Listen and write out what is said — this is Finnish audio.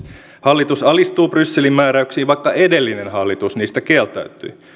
hallitus alistuu brysselin määräyksiin vaikka edellinen hallitus niistä kieltäytyi